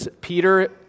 Peter